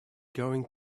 going